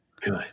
Good